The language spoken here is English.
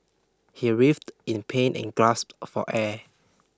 he writhed in pain and grasped for air